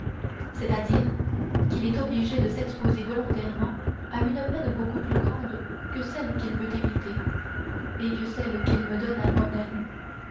c'est-à-dire qu'il est obligé de s'exposer volontairement à une peine beaucoup plus grande que celle qu'il veut éviter et que celle qu'il me donne à moi-même